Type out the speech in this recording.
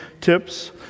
tips